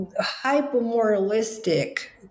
hyper-moralistic